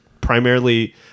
primarily